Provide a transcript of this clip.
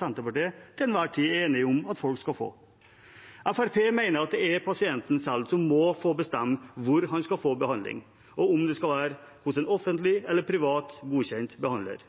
Senterpartiet og SV til enhver tid er enige om at folk skal få. Fremskrittspartiet mener det er pasienten selv som må få bestemme hvor han skal få behandling, og om det skal være hos en offentlig eller privat godkjent behandler.